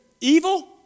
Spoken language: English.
evil